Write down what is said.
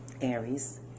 Aries